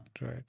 right